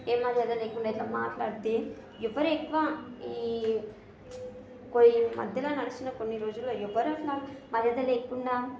ఏ మర్యాద లేకుండా ఇట్లా మాట్లాడితే ఎవరు ఎక్కువ ఈ కోయి మధ్యలో నడుస్తున్న కొన్ని రోజుల్లో ఎవరూ అట్లా మర్యాద లేకుండా